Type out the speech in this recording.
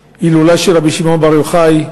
בהילולה של רבי שמעון בר יוחאי.